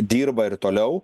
dirba ir toliau